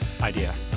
idea